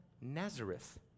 Nazareth